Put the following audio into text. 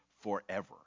forever